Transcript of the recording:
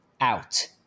out